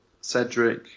Cedric